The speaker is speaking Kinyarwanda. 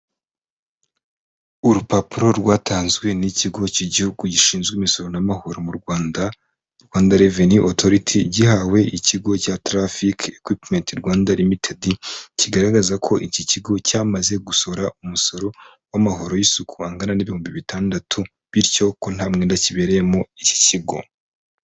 Urupapuro rwatanzwe n'ikigo cy'igihugu gishinzwe imisoro n'amahoro mu Rwanda, Rwanda Revenu Otoriti, gihawe ikigo cya Tarafiki Ekwipumenti Rwanda Limitedi, kigaragaza ko iki kigo cyamaze gusora umusoro w'amahoro y'isuku angana n'ibihumbi bitandatu, bityo ko nta mwenda kibereyemo iki kigo.